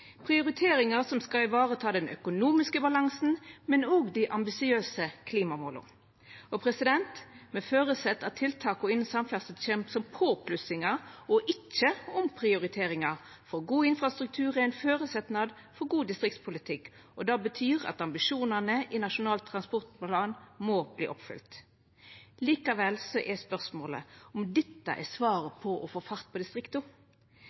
prioriteringar som skal vareta både den økonomiske balansen og dei ambisiøse klimamåla. Me føreset at tiltaka innan samferdsle kjem som påplussingar og ikkje omprioriteringar, for god infrastruktur er ein føresetnad for god distriktspolitikk, og det betyr at ambisjonane i Nasjonal transportplan må verta oppfylte. Likevel vert spørsmålet om dette er svaret på å få fart på distrikta.